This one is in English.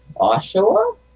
Oshawa